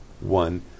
one